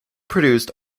produced